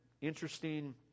interesting